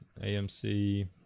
AMC